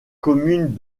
communes